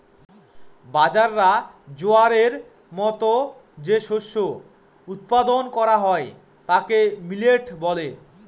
বাজরা, জোয়ারের মতো যে শস্য উৎপাদন করা হয় তাকে মিলেট বলে